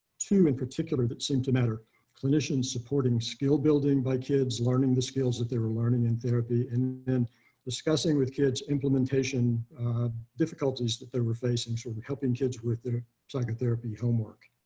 two in particular that seemed to matter clinicians supporting skill building by kids learning the skills that they were learning in therapy and and discussing with kids implementation difficulties that they were facing. so we're helping kids with their psychotherapy homework,